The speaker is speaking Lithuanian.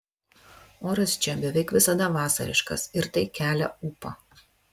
oras čia beveik visada vasariškas ir tai kelia ūpą